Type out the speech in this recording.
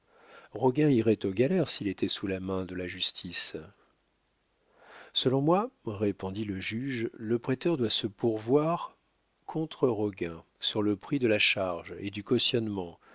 irait aux galères s'il était sous la main de la justice selon moi répondit le juge le prêteur doit se pourvoir contre roguin sur le prix de la charge et du